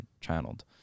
channeled